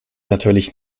natürlich